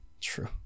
True